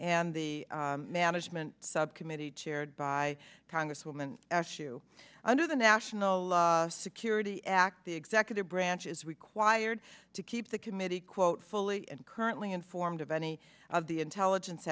and the management subcommittee chaired by congresswoman eshoo under the national security act the executive branch is required to keep the committee quote fully and currently informed of any of the intelligence